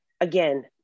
again